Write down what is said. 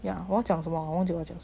yeag 我要讲什么我忘记要讲什么